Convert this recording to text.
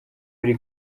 hari